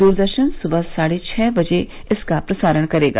दूरदर्शन सुबह साढ़े छह बजे इसका प्रसारण करेगा